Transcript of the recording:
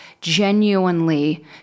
genuinely